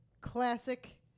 classic